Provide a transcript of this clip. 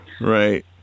Right